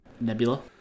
Nebula